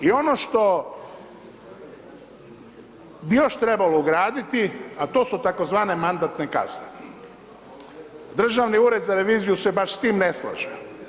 I ono što bi još trebalo ugraditi, a to su tzv. mandatne kazne, Državni ured za reviziju se baš s tim ne slaže.